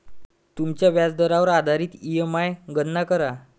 तुमच्या व्याजदरावर आधारित ई.एम.आई गणना करा